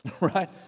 Right